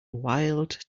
wild